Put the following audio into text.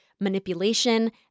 manipulation